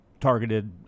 targeted